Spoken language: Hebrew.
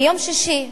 ביום שישי,